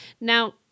Now